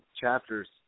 chapters